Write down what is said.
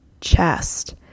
chest